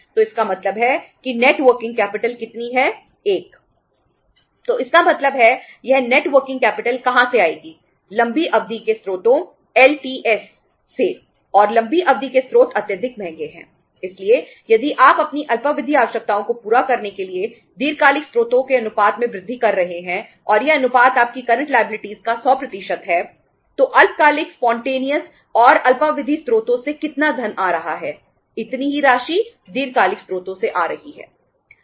तो इसका मतलब है यह नेट वर्किंग कैपिटल और अल्पावधि स्रोतों से कितना धन आ रहा है इतनी ही राशि दीर्घकालिक स्रोतों से आ रही है